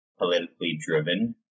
politically-driven